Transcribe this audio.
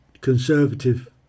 Conservative